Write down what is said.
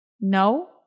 no